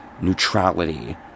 neutrality